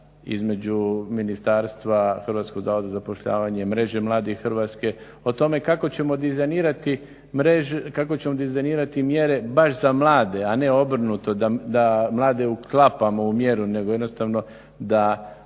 između Ministarstvo, HZZO-a, mreže mladih Hrvatske o tome kako ćemo dizajnirati mjere baš za mlade, a ne obrnuto da mlade uklapamo u mjeru nego jednostavno da